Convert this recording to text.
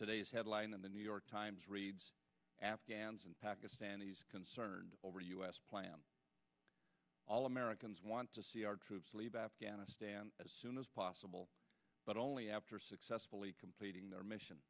today's headline in the new york times reads afghans and pakistanis concerned over u s plan all americans want to see our troops leave afghanistan as soon as possible but only after successfully completing their mission